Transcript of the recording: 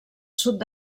sud